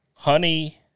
Honey